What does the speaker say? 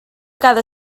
cada